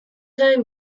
gain